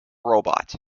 robot